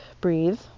breathe